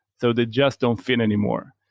so they just don't fit anymore.